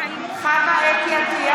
(קוראת בשמות חברי הכנסת) חוה אתי עטייה,